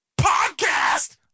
podcast